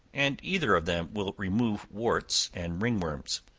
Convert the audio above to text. and either of them will remove warts and ringworms.